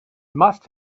must